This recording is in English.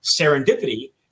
serendipity